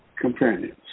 companions